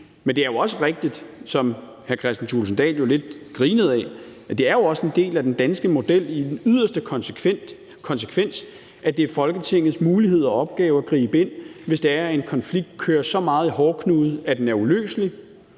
men det er jo også rigtigt, som hr. Kristian Thulesen Dahl jo lidt grinede af, at det jo også er en del af den danske model i yderste konsekvens, at det er Folketingets mulighed og opgave at gribe ind, hvis det er sådan, at en konflikt kører så meget i hårdknude, at den er uløselig,